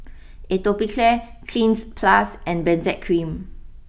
Atopiclair Cleanz Plus and Benzac cream